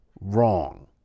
wrong